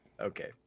okay